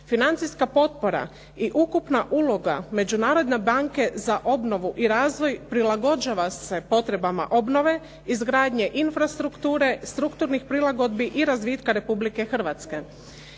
Financijska potpora i ukupna uloga Međunarodne banke za obnovu i razvoj prilagođava se potreba obnove, izgradnje infrastrukture, strukturni prilagodbi i razvitka Republike Hrvatske.